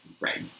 Right